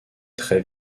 très